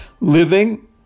living